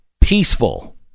peaceful